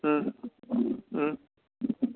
ꯎꯝ ꯎꯝ